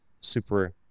super